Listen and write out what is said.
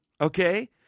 okay